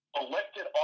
elected